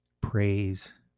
Praise